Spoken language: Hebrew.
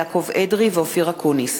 יעקב אדרי ואופיר אקוניס.